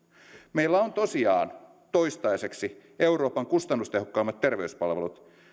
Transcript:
meillä on tosiaan toistaiseksi euroopan kustannustehokkaimmat terveyspalvelut